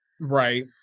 Right